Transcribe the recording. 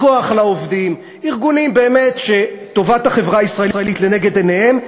"כוח לעובדים" ארגונים שבאמת טובת החברה הישראלית לנגד עיניהם,